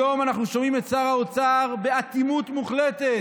היום אנחנו שומעים את שר האוצר, באטימות מוחלטת,